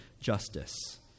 justice